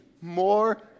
more